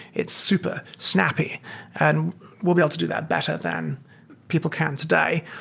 it's super snappy and we'll be able to do that better than people can today.